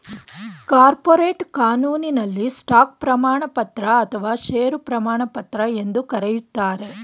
corporate ಕಾನೂನಿನಲ್ಲಿ stock ಪ್ರಮಾಣಪತ್ರ ಅಥವಾ ಶೇರು ಪ್ರಮಾಣಪತ್ರ ಎಂದು ಕರೆಯುತ್ತಾರೆ